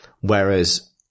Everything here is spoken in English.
Whereas